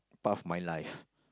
part of my life